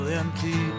empty